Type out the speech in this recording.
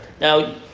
Now